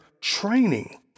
training